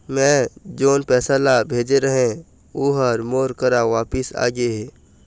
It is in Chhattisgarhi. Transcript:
मै जोन पैसा ला भेजे रहें, ऊ हर मोर करा वापिस आ गे हे